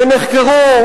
ונחקרו,